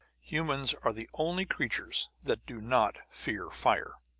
humans are the only creatures that do not fear fire!